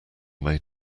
may